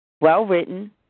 well-written